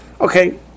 Okay